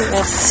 Yes